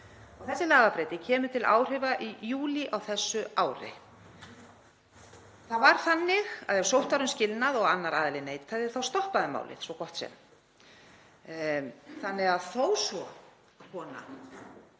Þessi lagabreyting kemur til áhrifa í júlí á þessu ári. Það var þannig að ef sótt var um skilnað og annar aðilinn neitaði þá stoppaði málið svo gott sem. Þó svo að